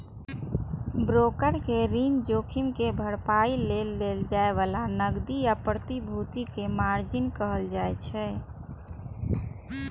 broker कें ऋण जोखिम के भरपाइ लेल देल जाए बला नकदी या प्रतिभूति कें मार्जिन कहल जाइ छै